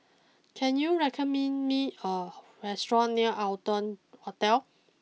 can you recommend me a restaurant near Arton Hotel